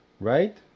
Right